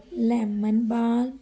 lemon balm